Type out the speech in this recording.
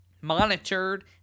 monitored